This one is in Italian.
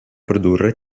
produrre